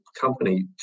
company